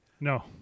No